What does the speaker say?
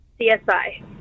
CSI